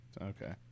Okay